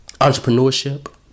Entrepreneurship